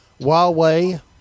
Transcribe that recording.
huawei